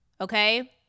Okay